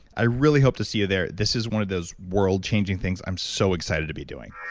i really hope to see you there. this is one of those world changing things i'm so excited to be doing